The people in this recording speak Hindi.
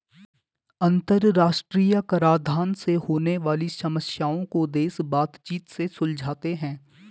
अंतरराष्ट्रीय कराधान से होने वाली समस्याओं को देश बातचीत से सुलझाते हैं